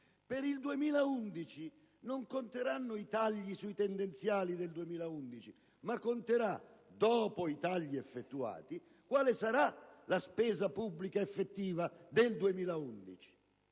per il 2011 non conteranno i tagli sui tendenziali di tale anno, ma conterà, dopo i tagli effettuati, quale sarà la spesa pubblica effettiva del 2011.